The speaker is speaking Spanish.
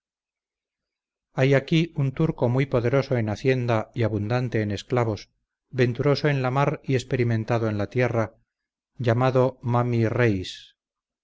hay aquí un turco muy poderoso en hacienda y abundante en esclavos venturoso en la mar y experimentado en la tierra llamado mami reis